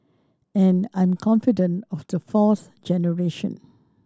and I'm confident of the fourth generation